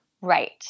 Right